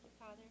Father